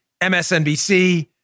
MSNBC